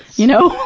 you know?